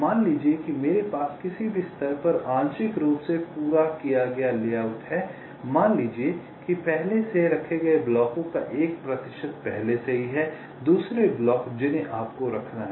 मान लीजिए कि मेरे पास किसी भी स्तर पर आंशिक रूप से पूरा किया गया लेआउट है मान लीजिए कि पहले से रखे गए ब्लॉकों का एक प्रतिशत पहले से ही है दूसरे ब्लॉक जिन्हें आपको रखना है